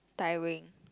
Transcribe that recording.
tiring